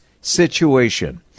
situation